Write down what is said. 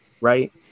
right